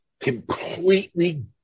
completely